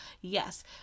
Yes